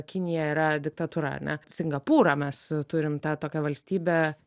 kinija yra diktatūra ar ne singapūrą mes turim tą tokią valstybę